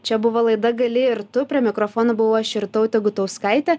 čia buvo laida gali ir tu prie mikrofono buvau aš irtautė gutauskaitė